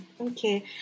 Okay